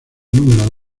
número